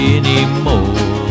anymore